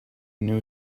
new